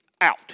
out